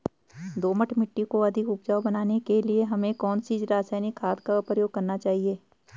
दोमट मिट्टी को अधिक उपजाऊ बनाने के लिए हमें कौन सी रासायनिक खाद का प्रयोग करना चाहिए?